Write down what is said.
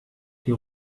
die